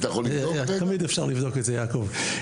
אתה יכול לבדוק את זה רגע?